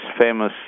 famous